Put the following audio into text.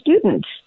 students